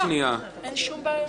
אין שום בעיה.